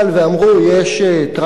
ואמרו: יש טרקטור,